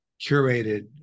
curated